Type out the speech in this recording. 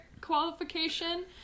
qualification